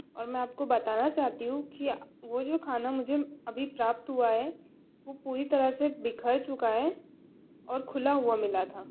और मैं आपको बताना चाहती हूँ कि वो जो खाना मुझे अभी प्राप्त हुआ है वो पूरी तरह से बिखर चुका है और खुला हुआ मिला था